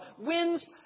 wins